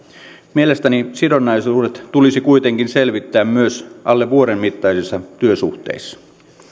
mielestäni sidonnaisuudet tulisi kuitenkin selvittää myös alle vuoden mittaisissa työsuhteissa